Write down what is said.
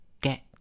get